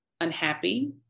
unhappy